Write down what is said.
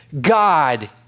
God